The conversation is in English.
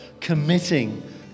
committing